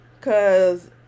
cause